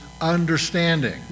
understanding